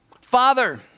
Father